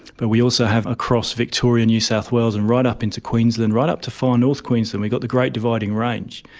but we also have across victoria and new south wales and right up into queensland, right up to far north queensland we've got the great dividing range,